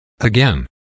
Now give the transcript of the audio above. Again